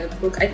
book